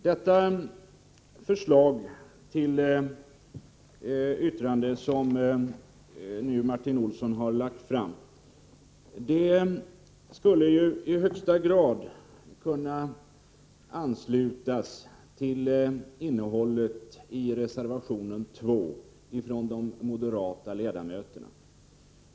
Herr talman! Det förslag till yttrande som Martin Olsson nu har lagt fram skulle i högsta grad kunna anslutas till innehållet i reservation 2 från de moderata ledamöterna i jordbruksutskottet.